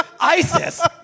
ISIS